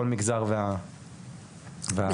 כל מגזר והמפקחים שלו.